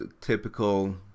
typical